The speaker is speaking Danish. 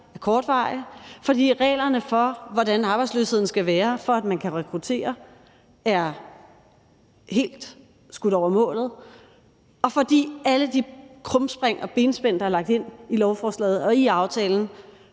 fordi reglerne for, hvordan arbejdsløsheden skal være, for at man kan rekruttere, er helt skudt over målet, og fordi alle de krumspring og benspænd, der er lagt ind i lovforslaget og i aftalen,